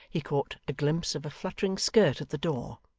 he caught a glimpse of a fluttering skirt at the door.